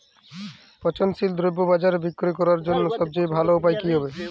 পচনশীল দ্রব্য বাজারে বিক্রয় করার জন্য সবচেয়ে ভালো উপায় কি হবে?